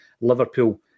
Liverpool